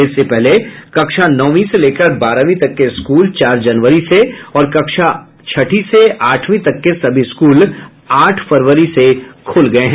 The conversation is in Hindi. इससे पहले कक्षा नौवीं से लेकर बारहवीं तक के स्कूल चार जनवरी से और कक्षा छठी से आठवीं तक के सभी स्कूल आठ फरवरी से खुल गये हैं